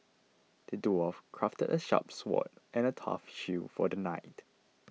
the dwarf crafted a sharp sword and a tough shield for the knight